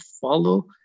follow